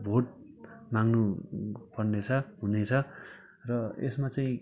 vote माग्नुपर्नेछ हुनेछ र यसमा चाहिँ